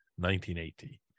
1980